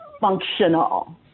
functional